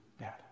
Dad